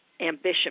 ambition